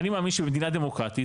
אני מאמין שבמדינה דמוקרטית,